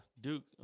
Duke